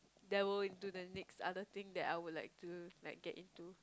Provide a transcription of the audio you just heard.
there were into the next other thing that I would like to like get into